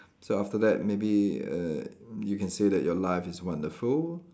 so after that maybe err you can say that your life is wonderful